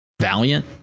Valiant